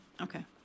Okay